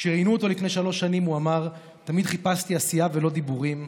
כשראיינו אותו לפני שלוש שנים הוא אמר: תמיד חיפשתי עשייה ולא דיבורים,